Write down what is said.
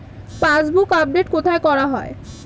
Passbook update কোথায় করা হয়?